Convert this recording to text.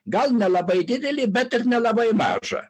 gal nelabai didelį bet ir nelabai mažą